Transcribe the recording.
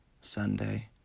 Sunday